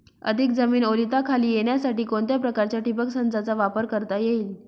अधिक जमीन ओलिताखाली येण्यासाठी कोणत्या प्रकारच्या ठिबक संचाचा वापर करता येईल?